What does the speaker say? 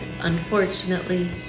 unfortunately